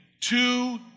Two